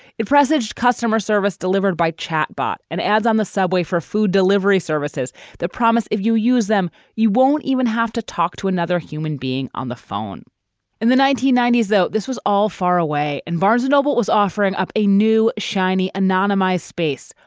it presaged customer service delivered by chat bot and ads on the subway for food delivery services that promise if you use them, you won't even have to talk to another human being on the phone in the nineteen ninety s, though, this was all far away and barnes noble was offering up a new shiny anonymous space,